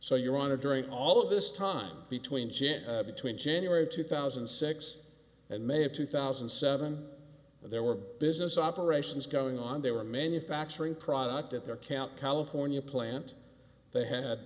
so your honor during all of this time between jan between january two thousand and six and may of two thousand and seven there were business operations going on they were manufacturing product at their count california plant they had